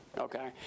Okay